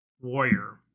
warrior